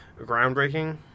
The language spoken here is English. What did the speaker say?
groundbreaking